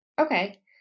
Okay